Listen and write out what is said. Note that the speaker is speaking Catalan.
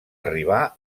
arribar